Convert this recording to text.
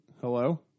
Hello